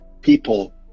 people